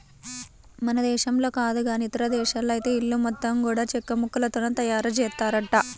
మన దేశంలో కాదు గానీ ఇదేశాల్లో ఐతే ఇల్లు మొత్తం గూడా చెక్కముక్కలతోనే తయారుజేత్తారంట